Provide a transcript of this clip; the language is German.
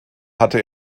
hatte